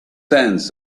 sense